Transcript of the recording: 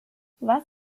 was